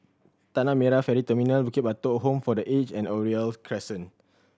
Tanah Merah Ferry Terminal Bukit Batok Home for The Aged and Oriole Crescent